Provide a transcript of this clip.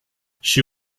she